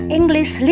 English